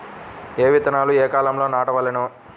ఏ విత్తనాలు ఏ కాలాలలో నాటవలెను?